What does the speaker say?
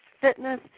fitness